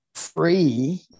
free